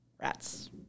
Rats